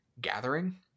gathering